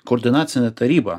koordinacinė taryba